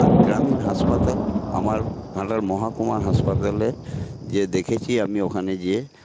আর গ্রামীণ হাসপাতাল আমার মহকুমার হাসপাতালে যেয়ে দেখেছি আমি ওখানে যেয়ে